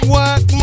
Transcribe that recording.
work